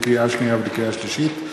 לקריאה שנייה ולקריאה שלישית,